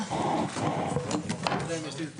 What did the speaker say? הישיבה